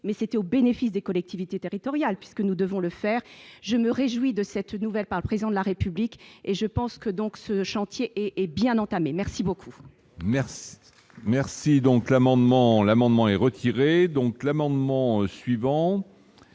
mais c'était au bénéfice des collectivités territoriales, puisque nous devons le faire je me réjouis de cette nouvelle par le président de la République et je pense que donc ce chantier est bien entamée, merci beaucoup. Merci, merci, donc l'amendement